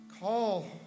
call